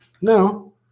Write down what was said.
No